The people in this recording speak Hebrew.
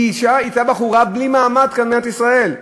היא הייתה בחורה בלי מעמד כאן במדינת ישראל.